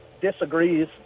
disagrees